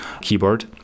keyboard